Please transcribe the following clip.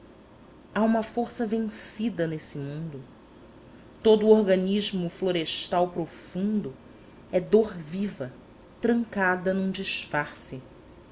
há uma força vencida nesse mundo todo o organismo florestal profundo é dor viva trancada num disfarce